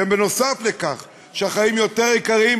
ונוסף על כך שהחיים יותר יקרים,